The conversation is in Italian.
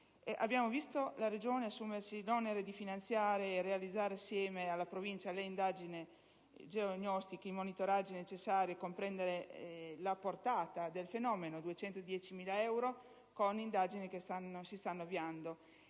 Abbiamo visto la Regione assumersi l'onere di finanziare e realizzare assieme alla Provincia l'indagine geognostica e i monitoraggi necessari a comprendere la portata del fenomeno: trattasi di 210.000 euro, con indagini che si stanno avviando.